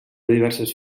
diverses